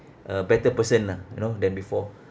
a better person ah you know than before